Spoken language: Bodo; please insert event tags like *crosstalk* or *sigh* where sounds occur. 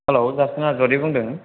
हेल्ल' जोंहा *unintelligible* बुंदों